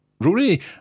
Rory